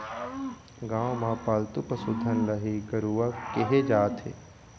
गाँव म पालतू पसु धन ल ही गरूवा केहे जाथे